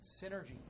Synergy